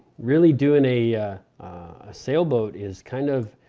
really doing a sailboat is kind of